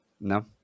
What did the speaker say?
No